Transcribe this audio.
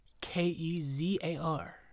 K-E-Z-A-R